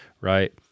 right